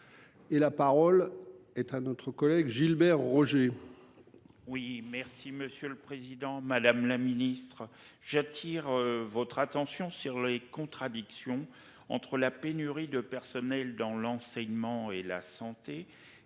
la parole est à notre collègue Gilbert Roger.